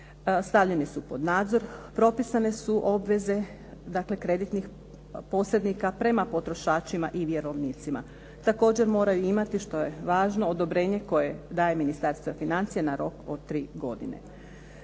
stavljeni su pod nadzor, propisane su obveze dakle kreditnih posrednika prema potrošačima i vjerovnicima. Također moraju imati, što je važno, odobrenje koje daje Ministarstvo financija na rok od 3 godine.